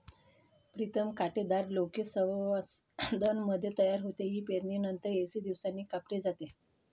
प्रीतम कांटेदार लौकी सावनमध्ये तयार होते, ती पेरणीनंतर ऐंशी दिवसांनी कापली जाते